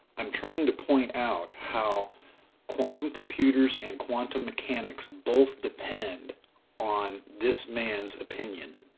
i'm trying to point out how quantum computers and quantum mechanics both depend on this man's opinion.